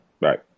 right